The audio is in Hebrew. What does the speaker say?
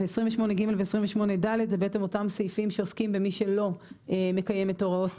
ו-(28ג) ו-(28ד) זה בעצם אותם סעיפים שעוסקים במי שלא מקיים את ההוראות